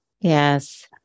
Yes